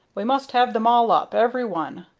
we must have them all up every one.